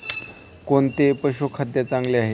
कोणते पशुखाद्य चांगले आहे?